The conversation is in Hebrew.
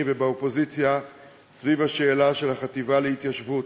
ובאופוזיציה סביב השאלה של החטיבה להתיישבות.